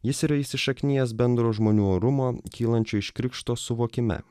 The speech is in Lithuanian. jis yra įsišaknijęs bendro žmonių orumo kylančio iš krikšto suvokime